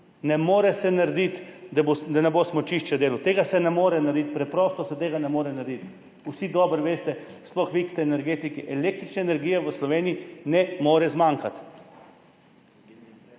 Ne more se narediti, da ne bo smučišče delalo, se ne more narediti, preprosto se to ne more narediti. Vsi dobro veste, sploh vi, ki ste energetiki, električne energije v Sloveniji ne more zmanjkati.